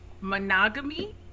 monogamy